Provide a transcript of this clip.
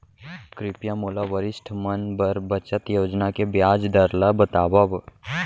कृपया मोला वरिष्ठ मन बर बचत योजना के ब्याज दर ला बतावव